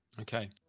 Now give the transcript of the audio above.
Okay